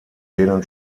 denen